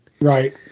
Right